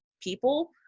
people